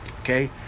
okay